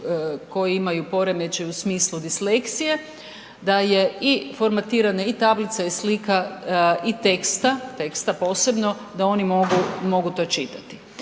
koji imaju poremećaj u smislu disleksije, da je i formatirana i tablica i slika i teksta, teksta posebno da oni mogu, mogu to čitati.